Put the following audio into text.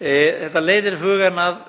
Það leiðir hugann að